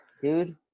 dude